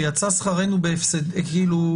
ויצא שכרנו בהפסדו.